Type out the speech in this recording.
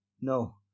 No